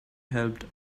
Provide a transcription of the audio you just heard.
helped